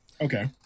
Okay